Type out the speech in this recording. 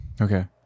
Okay